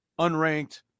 Unranked